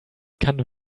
kann